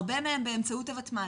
הרבה מהם באמצעות הוותמ"ל,